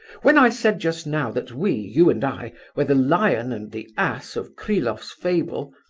when i said just now that we, you and i, were the lion and the ass of kryloff's fable,